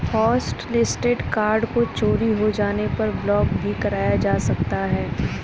hotlisted card को चोरी हो जाने पर ब्लॉक भी कराया जा सकता है